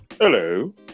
Hello